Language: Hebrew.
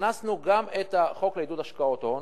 הכנסנו גם את חוק לעידוד השקעות הון,